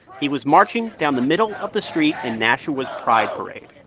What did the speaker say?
he was marching down the middle of the street in nashua's pride parade